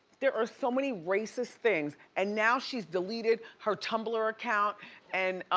there are so many racist things and now she's deleted her tumblr account and